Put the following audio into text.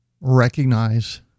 recognize